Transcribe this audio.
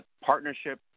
partnership